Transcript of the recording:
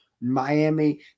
Miami